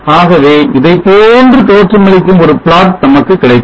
ஆகவே இதைப் போன்று தோற்றமளிக்கும் ஒரு plot நமக்கு கிடைக்கும்